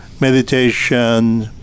meditation